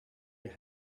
your